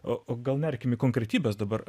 o gal nerkime į konkretybes dabar